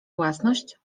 własność